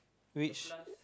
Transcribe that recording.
which